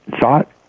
thought